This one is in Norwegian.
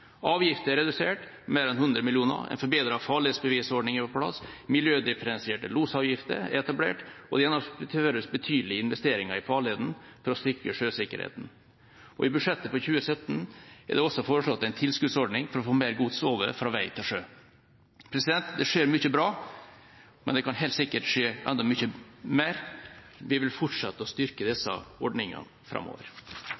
er redusert med mer enn 100 mill. kr, en forbedret farledsbevisordning er på plass, miljødifferensierte losavgifter er etablert, og det gjennomføres betydelige investeringer i farleden for å styrke sjøsikkerheten. Og i budsjettet for 2017 er det også foreslått en tilskuddsordning for å få mer gods over fra vei til sjø. Det skjer mye bra, men det kan helt sikkert skje enda mye mer. Vi vil fortsette å styrke